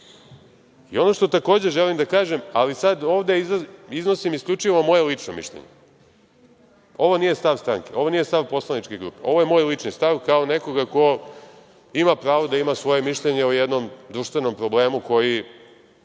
nije. Ono što takođe želim da kažem, ali sada iznosim isključivo moje lično mišljenje. Ovo nije stav stranke, ovo nije stav poslaničke grupe. Ovo je moj lični stav kao nekoga ko ima pravo da ima svoje mišljenje o jednom društvenom problemu koji